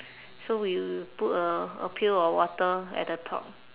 so we put a a pail of water at the top